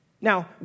Now